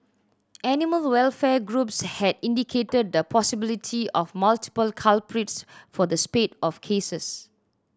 animal welfare groups had indicated the possibility of multiple culprits for the spate of cases